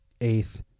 eighth